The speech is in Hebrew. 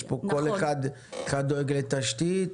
יש אחד דואג לתשתית,